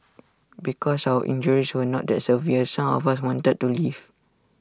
because our injuries were not that severe some of us wanted to leave